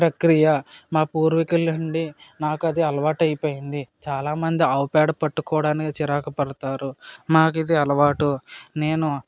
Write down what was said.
ప్రక్రియ మా పూర్వీకుల నుండి నాకు అది అలవాటైపోయింది చాలా మంది ఆవుపేడ పట్టుకోవడానికి చిరాకు పడతారు మాకు ఇది అలవాటు నేను